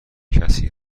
کسی